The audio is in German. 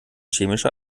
chemische